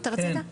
כן.